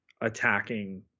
attacking